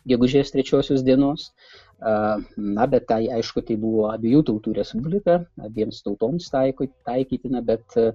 gegužės trečiosios dienos aa na bet tai aišku tai buvo abiejų tautų respublika abiems tautoms taiko taikytina bet